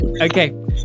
Okay